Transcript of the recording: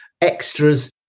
extras